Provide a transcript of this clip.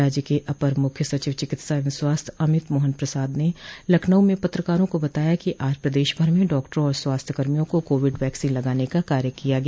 राज्य के अपर मुख्य सचिव चिकित्सा एवं स्वास्थ्य अमित मोहन प्रसाद ने लखनऊ में पत्रकारों को बताया कि आज प्रदेश भर में डॉक्टरों और स्वास्थ्य कर्मियों को कोविड वैक्सीन लगाने का कार्य किया गया